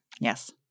Yes